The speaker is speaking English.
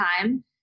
time